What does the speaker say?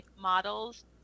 models